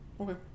Okay